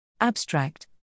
Abstract